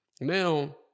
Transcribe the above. Now